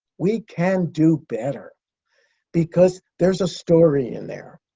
we can do better because there's a story in there.